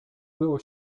było